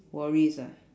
worries ah